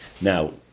Now